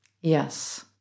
Yes